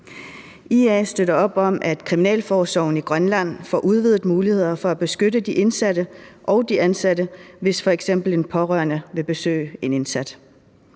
IA støtter op om, at kriminalforsorgen i Grønland får udvidede muligheder for at beskytte de indsatte og de ansatte, hvis f.eks. en pårørende vil besøge en indsat.